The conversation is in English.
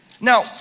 Now